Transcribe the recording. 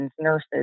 nurses